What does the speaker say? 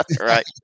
Right